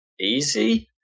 easy